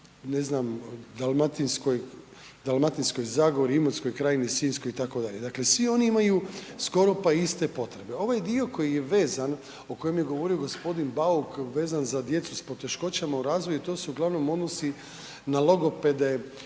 ne znam Dalmatinskoj zagori, Imotskoj krajini, Sinjskoj itd., dakle svi oni imaju skoro pa iste potrebe. Ovaj dio koji je vezan, o kojem je govorio g. Bauk vezan za djecu s poteškoćama u razvoju, to se uglavnom odnosi na logopede,